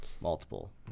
Multiple